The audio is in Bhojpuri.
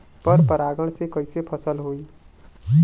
पर परागण से कईसे फसल होई?